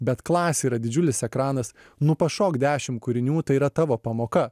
bet klasėj yra didžiulis ekranas nu pašok dešim kūrinių tai yra tavo pamoka